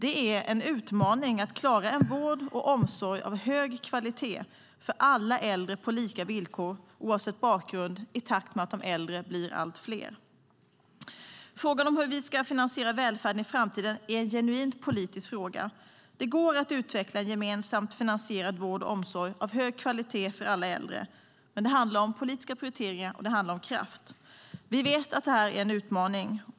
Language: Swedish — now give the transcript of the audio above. Det är en utmaning att klara en vård och omsorg av hög kvalitet för alla äldre på lika villkor, oavsett bakgrund, i takt med att de äldre blir allt fler. Frågan om hur vi ska finansiera välfärden i framtiden är en genuint politisk fråga. Det går att utveckla gemensamt finansierad vård och omsorg av hög kvalitet för alla äldre. Det handlar om politiska prioriteringar, och det handlar om kraft. Vi vet att det är en utmaning.